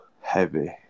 heavy